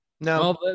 No